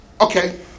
Okay